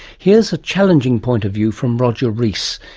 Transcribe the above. here's a challenging point of view from roger rees,